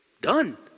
Done